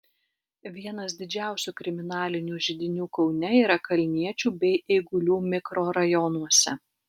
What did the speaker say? vienas didžiausių kriminalinių židinių kaune yra kalniečių bei eigulių mikrorajonuose